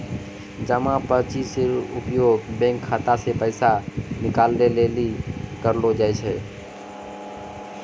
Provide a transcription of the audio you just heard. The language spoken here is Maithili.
जमा पर्ची रो उपयोग बैंक खाता से पैसा निकाले लेली करलो जाय छै